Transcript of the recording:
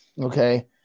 Okay